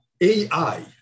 ai